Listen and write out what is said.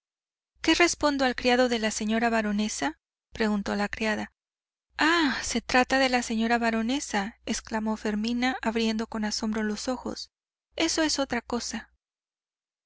qué respondo al criado de la señora baronesa preguntó la criada ah se trata de la señora baronesa exclamó fermina abriendo con asombro los ojos eso es otra cosa